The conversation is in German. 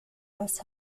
das